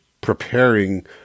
preparing